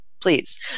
Please